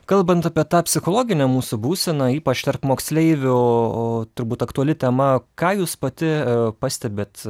kalbant apie tą psichologinę mūsų būseną ypač tarp moksleivių o o turbūt aktuali tema ką jūs pati pastebit